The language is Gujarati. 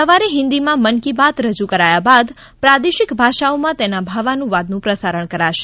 સવારે હિન્દીમાં મન કી બાત રજૂ કરાયા બાદ પ્રાદેશિક ભાષાઓમાં તેના ભાવાનુવાદનું પ્રસારણ કરાશે